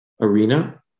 arena